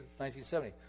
1970